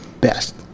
best